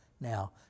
now